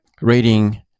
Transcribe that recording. reading